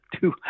two